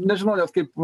nežinau net kaip